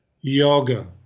yoga